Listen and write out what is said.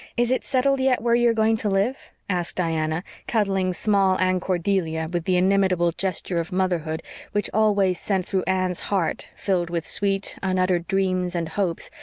is it settled yet where you are going to live? asked diana, cuddling small anne cordelia with the inimitable gesture of motherhood which always sent through anne's heart, filled with sweet, unuttered dreams and hopes,